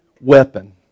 weapon